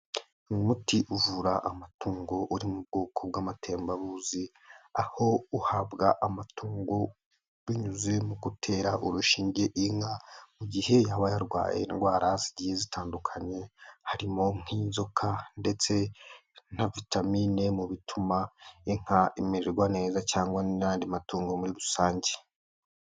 Umuti uvura amatungo uri mu bwoko bw'amatembabuzi, aho uhabwa amatungo binyuze mu gutera urushinge inka, mu gihe yaba arwaye indwara zigiye zitandukanye, harimo nk'inzoka ndetse na vitamine, mu bituma inka imererwa neza cyangwa n'andi matungo muri rusange.